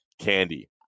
Candy